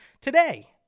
today